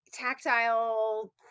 tactile